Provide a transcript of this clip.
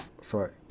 sorry